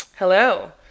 Hello